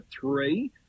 three